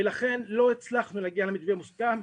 לכן, לא הצלחנו להגיע למתווה מוסכם.